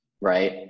right